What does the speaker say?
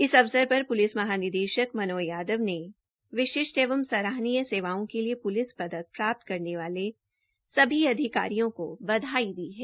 इस अवसर पर प्लिस महानिदेशक मनोज यादव ने विशिष्ट एवं सराहानीय सेवाओं के लिए प्लिस पदक प्राप्त करने वाले सभी अधिकारियों को बधाई दी है